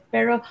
Pero